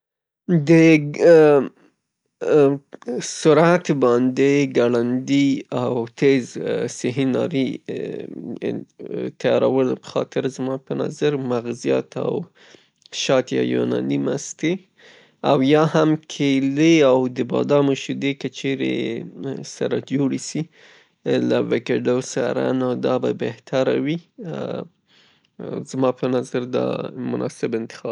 د سرعت باندې ، ا ګړندي او تیز صبح ناري تیارول زما په نظر مغزیات یا یوناني مستې او یا هم کیلې او د بادامو شیدې که چیرې سره جوړې سي له اویدکډو سره نو دا به بهتره وي. زما په نظر دا مناسب انتخاب دي.